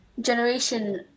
generation